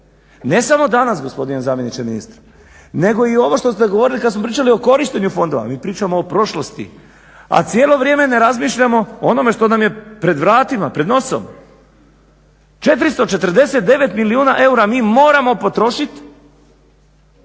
ne samo danas gospodine zamjeniče ministra nego i ovo što ste govorili kad smo pričali o korištenju fondova, mi pričamo o prošlosti, a cijelo vrijeme ne razmišljamo o onome što nam je pred vratima, pred nosom. 449 milijuna eura mi moramo potrošit